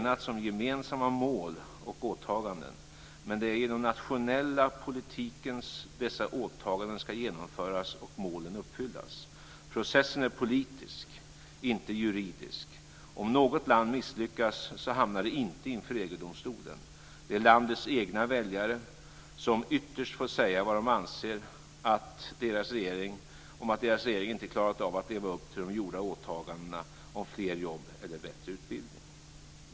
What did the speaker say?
Processen är politisk, inte juridisk. Det är landets egna väljare som ytterst får säga vad de anser om att deras regering inte klarat av att leva upp till gjorda åtaganden om fler jobb eller bättre utbildning.